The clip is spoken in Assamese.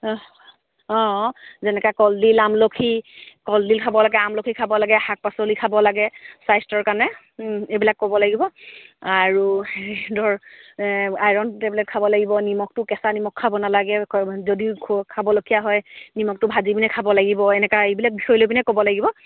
অঁ যেনেকৈ কলডিল আমলখি কলডিল খাব লাগে আমলখি খাব লাগে শাক পাচলি খাব লাগে স্বাস্থ্যৰ কাৰণে এইবিলাক ক'ব লাগিব আৰু ধৰ আইৰণ টেবলেট খাব লাগিব নিমখটো কেঁচা নিমখ খাব নালাগে যদিও খ খাবলগীয়া হয় নিমখটো ভাজি পিনে খাব লাগিব এনেকুৱা এইবিলাক বিষয় লৈ পিনে ক'ব লাগিব